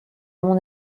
mont